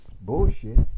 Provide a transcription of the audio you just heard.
bullshit